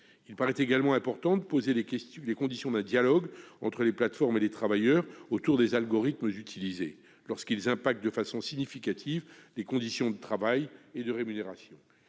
Il importe également de poser les conditions d'un dialogue entre les plateformes et les travailleurs autour des algorithmes utilisés, lorsqu'ils déterminent de façon importante les conditions de travail et de rémunération.